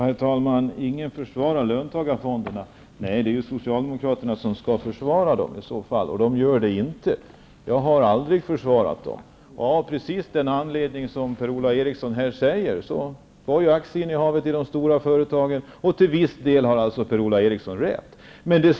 Herr talman! Ingen försvarar löntagarfonderna. Nej, det är Socialdemokraterna som i så fall skall försvara dem. De gör det inte. Jag har aldrig försvarat dem av precis den anledning som Per-Ola Eriksson framförde, nämligen aktieinnehavet i de stora företagen. Till viss del har Per-Ola Eriksson rätt.